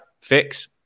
fix